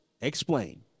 Explain